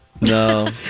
No